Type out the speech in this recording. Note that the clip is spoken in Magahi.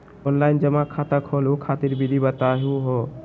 ऑनलाइन जमा खाता खोलहु खातिर विधि बताहु हो?